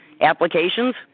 applications